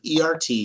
ERT